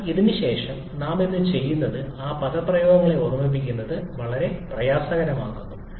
എന്നാൽ അതിനുശേഷം നാം ഇന്ന് ചെയ്യുന്നത് ആ പദപ്രയോഗങ്ങളെ ഓർമ്മിക്കുന്നത് വളരെ പ്രയാസകരമാക്കുന്നു